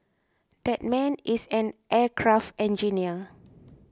that man is an aircraft engineer